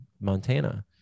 Montana